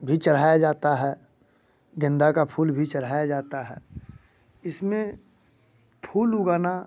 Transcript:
भी चढ़ाया जाता है गेंदा का फूल भी चढ़ाया जाता है इसमें फूल उगाना